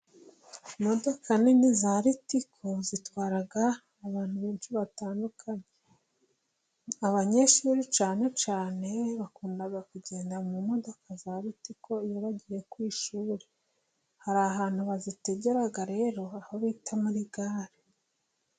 Imodoka nini za Ritiko zitwara abantu benshi batandukanye. Abanyeshuri cyane cyane bakunda kugenda mu modoka za Ritiko, iyo bagiye ku ishuri hari ahantu bazitegera rero aho bita muri gare.